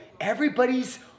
everybody's